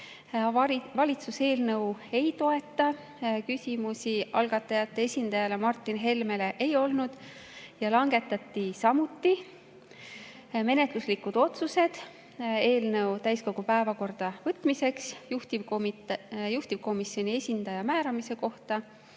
Valitsus eelnõu ei toeta. Küsimusi algatajate esindajale Martin Helmele ei olnud. Ja langetati samuti menetluslikud otsused eelnõu täiskogu päevakorda võtmise kohta, juhtivkomisjoni esindaja määramise kohta